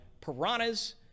piranhas